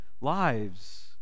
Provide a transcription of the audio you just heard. lives